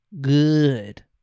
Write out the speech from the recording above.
Good